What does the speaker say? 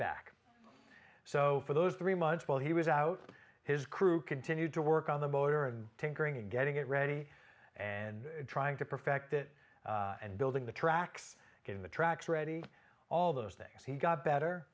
back so for those three months while he was out his crew continued to work on the motor and tinkering and getting it ready and trying to perfect it and building the tracks getting the tracks ready all those things he got better